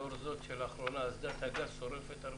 לאור זאת שלאחרונה אסדת הגז שורפת הרבה.